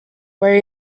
where